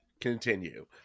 continue